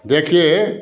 देखिए